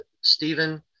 Stephen